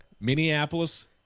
Minneapolis